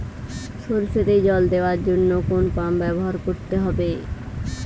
সরষেতে জল দেওয়ার জন্য কোন পাম্প ব্যবহার করতে হবে?